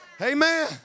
Amen